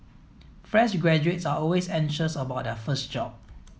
fresh graduates are always anxious about their first job